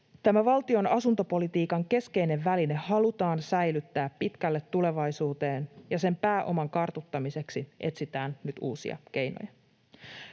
Tämä valtion asuntopolitiikan keskeinen väline halutaan säilyttää pitkälle tulevaisuuteen, ja sen pääoman kartuttamiseksi etsitään nyt uusia keinoja.